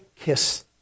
kiss